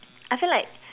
I feel like